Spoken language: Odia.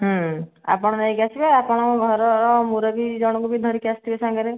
ଆପଣ ନେଇକି ଆସିବେ ଆଉ ଆପଣଙ୍କ ଘରର ମୁରବି ଜଣଙ୍କୁ ବି ଧରିକି ଆସିଥିବେ ସାଙ୍ଗରେ